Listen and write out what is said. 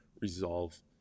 resolve